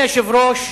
היושבת-ראש,